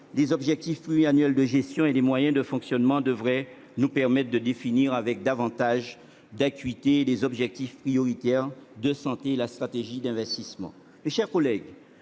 les objectifs pluriannuels de gestion et les moyens de fonctionnement devrait nous permettre de définir avec davantage d'acuité les objectifs prioritaires en matière santé ainsi que la stratégie d'investissement.